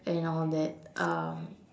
and all that um